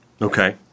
Okay